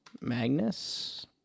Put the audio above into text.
Magnus